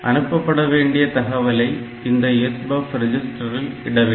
அனுப்பப்பட வேண்டிய தகவலை இந்த SBUF ரெஜிஸ்டரில் இடவேண்டும்